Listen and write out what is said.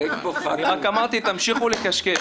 אני רק אמרתי: תמשיכו לקשקש,